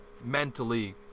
mentally